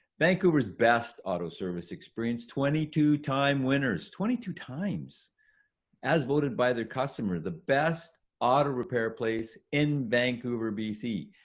vancouver's best auto service experience. twenty two time winners, twenty two times as voted by their customer. the best auto repair place in vancouver, bc,